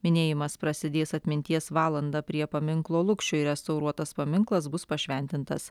minėjimas prasidės atminties valanda prie paminklo lukšiui restauruotas paminklas bus pašventintas